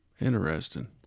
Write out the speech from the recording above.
Interesting